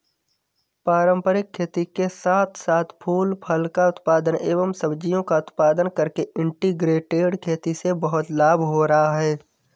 पारंपरिक खेती के साथ साथ फूल फल का उत्पादन एवं सब्जियों का उत्पादन करके इंटीग्रेटेड खेती से बहुत लाभ हो रहा है